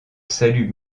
salut